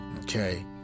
Okay